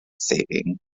saving